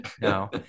no